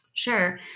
Sure